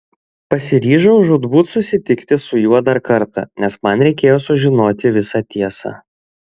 pasiryžau žūtbūt susitikti su juo dar kartą nes man reikėjo sužinoti visą tiesą